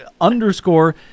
underscore